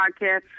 podcast